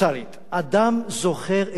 אדם זוכר את הצער שלו,